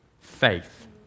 faith